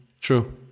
true